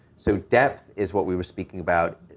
so depth is what we were speaking about.